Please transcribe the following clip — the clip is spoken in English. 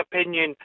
opinion